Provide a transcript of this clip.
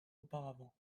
auparavant